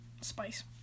Spice